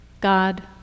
God